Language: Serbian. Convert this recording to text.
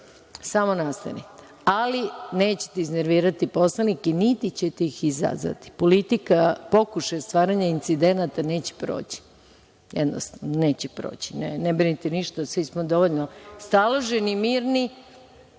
Samo nastavite, ali nećete iznervirati poslanike, niti ćete ih izazvati. Politika pokušaja stvaranja incidenata neće proći, jednostavno neće proći. Ne brinite ništa, svi smo dovoljno staloženi, mirni,